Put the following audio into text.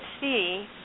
see